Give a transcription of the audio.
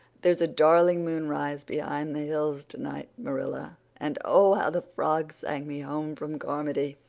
there's a darling moonrise behind the hills tonight, marilla, and oh, how the frogs sang me home from carmody!